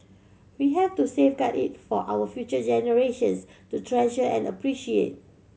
we have to safeguard it for our future generations to treasure and appreciate